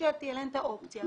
שתהיה להן האופציה.